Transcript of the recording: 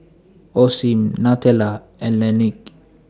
Osim Nutella and Laneige